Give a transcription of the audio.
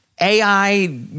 AI